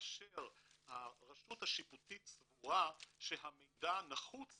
כאשר הרשות השיפוטית סבורה שהמידע נחוץ